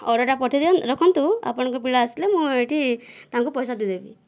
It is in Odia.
ଅର୍ଡ଼ରଟା ପଠାଇ ଦିଅନ୍ ରଖନ୍ତୁ ଆପଣଙ୍କ ପିଲା ଆସିଲେ ମୁଁ ଏଠି ତାଙ୍କୁ ପଇସା ଦେଇଦେବି